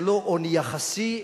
זה לא עוני יחסי,